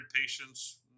patients